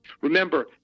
Remember